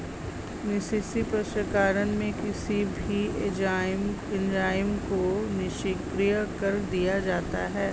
निष्क्रिय प्रसंस्करण में किसी भी एंजाइम को निष्क्रिय कर दिया जाता है